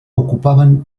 ocupaven